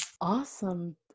Awesome